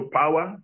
power